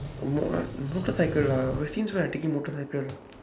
mo~ motorcycle ah but since when I taking motorcycle